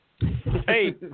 Hey